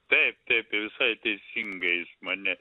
taip taip visai teisingai jis mane